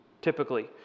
typically